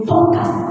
Focus